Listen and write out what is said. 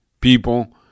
people